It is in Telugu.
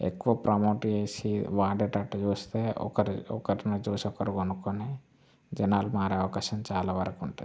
ఎక్కువ ప్రమోట్ చేసి వాడేటట్టు చేస్తే ఒకరిని చూసి ఒకరు కొనుక్కొని జనాలు మారే అవకాశం చాలా వరకు ఉంటాయి